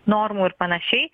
normų ir panašiai